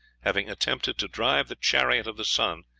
having attempted to drive the chariot of the sun,